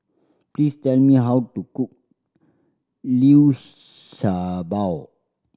please tell me how to cook liu sha bao